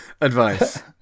advice